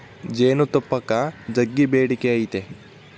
ಜೇನುತುಪ್ಪಕ್ಕ ಜಗ್ಗಿ ಬೇಡಿಕೆ ಐತೆ